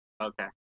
Okay